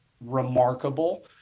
remarkable